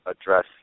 address